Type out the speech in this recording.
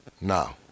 No